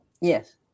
Yes